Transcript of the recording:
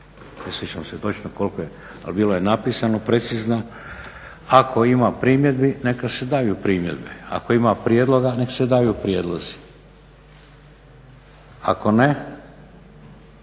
ne sjećam se točno koliko je, ali bilo je napisano precizno ako ima primjedbi neka se daju primjedbe, ako ima prijedloga neka se daju prijedlozi. Ako ne,